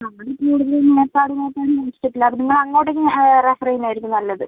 ആ അതിൽ കൂടുതലും മേപ്പാട് മേപ്പാട് നിന്ന് അത് പിന്നെ അങ്ങോട്ടേക്ക് റഫർ ചെയ്യുന്നതായിരിക്കും നല്ലത്